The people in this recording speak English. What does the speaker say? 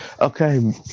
okay